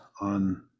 on